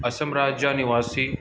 असम राज्य जा निवासी